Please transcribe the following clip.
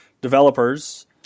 developers